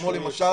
למשל